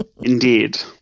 Indeed